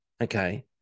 okay